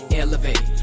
elevate